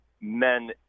men